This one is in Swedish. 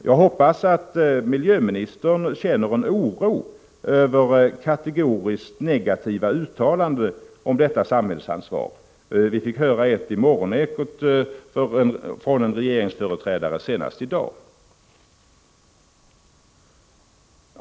Jag hoppas att miljöministern känner oro över kategoriskt negativa uttalanden om detta samhällsansvar. Vi fick höra ett i Morgonekot från en regeringsföreträdare senast i dag.